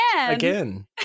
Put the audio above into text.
again